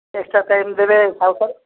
extra time ଦେବେ Sahu sir